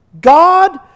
God